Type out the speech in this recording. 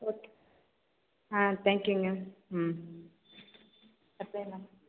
okay ஆ தேங்க்யூங்க ம் அடுத்தது என்ன